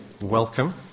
Welcome